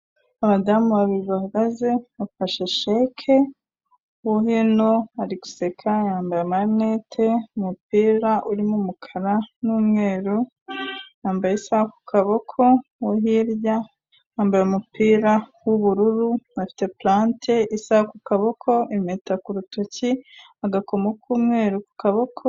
Abadamu babiri bahagaze bafashe sheke, uwo hino ari guseka yambaye amalinete, umupira urimo umukara n'umweru, yambaye isaha ku kaboko, uwo hirya yambaye umupira w'ubururu, afite purante, isaha ku kaboko, impeta ku rutoki, agakomo k'umweru ku kaboko...